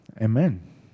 Amen